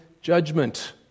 judgment